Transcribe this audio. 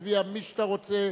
תצביע למי שאתה רוצה,